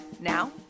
Now